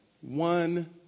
one